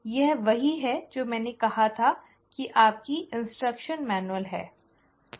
और फिर यह वही है जो मैंने कहा था कि आपका निर्देश मैनुअल है